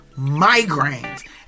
migraines